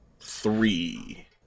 Three